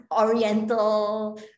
oriental